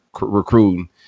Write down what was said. recruiting